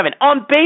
On-base